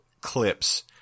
clips